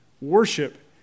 worship